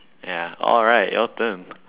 ya alright your turn